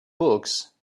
books